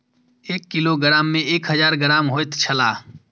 एक किलोग्राम में एक हजार ग्राम होयत छला